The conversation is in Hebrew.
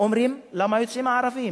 אומרים: למה יוצאים הערבים?